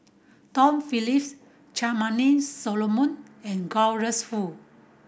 Tom Phillips Charmaine Solomon and Douglas Foo